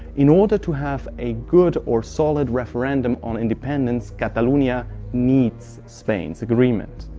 in order to have a good or solid referendum on indepenence, cataluna needs spain's agreement.